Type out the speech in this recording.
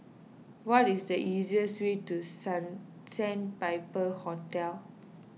what is the easiest way to Sandpiper Hotel